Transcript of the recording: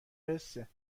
حسه